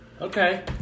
Okay